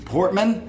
Portman